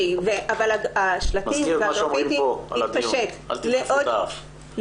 מזכיר מה שאומרים כאן על הדין אל תדחפו את האף.